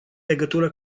legătură